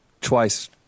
twice